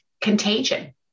contagion